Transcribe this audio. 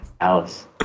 Alice